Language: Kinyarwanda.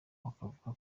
bakavuga